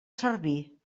servir